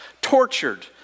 tortured